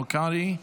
מ/1749).]